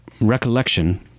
recollection